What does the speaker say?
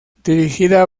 dirigida